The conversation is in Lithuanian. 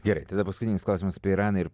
gerai tada paskutinis klausimas apie iraną ir